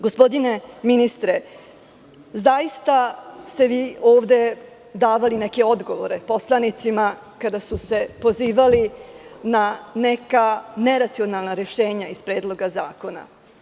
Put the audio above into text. Gospodine ministre, zaista ste vi ovde davali neke odgovore poslanicima kada su se pozivali na neka neracionalna rešenja iz Predloga zakona.